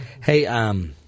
Hey